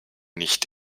nicht